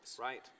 Right